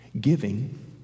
Giving